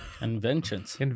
Inventions